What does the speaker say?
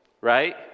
Right